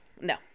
No